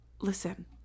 listen